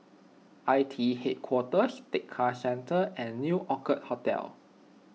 I T E Headquarters Tekka Centre and New Orchid Hotel